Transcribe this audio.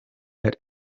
had